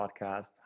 podcast